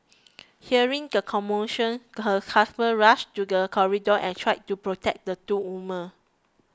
hearing the commotion her husband rushed to the corridor and tried to protect the two woman